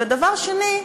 ודבר שני,